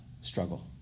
struggle